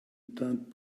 teinte